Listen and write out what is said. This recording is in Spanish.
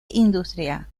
industria